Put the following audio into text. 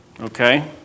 Okay